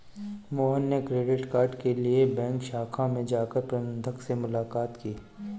मोहन ने credit card के लिए बैंक शाखा में जाकर प्रबंधक से मुलाक़ात की